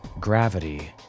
Gravity